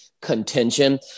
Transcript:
contention